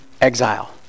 exile